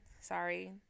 sorry